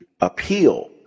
appeal